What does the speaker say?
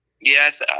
Yes